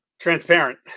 transparent